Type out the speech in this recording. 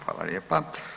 Hvala lijepa.